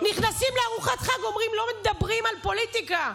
נכנסים לארוחת חג, אומרים: לא מדברים על פוליטיקה.